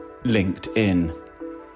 LinkedIn